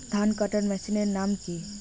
ধান কাটার মেশিনের নাম কি?